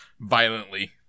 violently